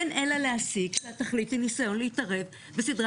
אין אלא להסיק שהתכלית זה ניסיון להתערב בסדרי